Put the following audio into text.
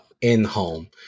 in-home